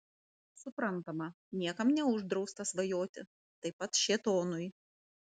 suprantama niekam neuždrausta svajoti taip pat šėtonui